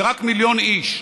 זה רק מיליון איש.